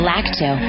Lacto